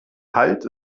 halt